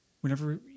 whenever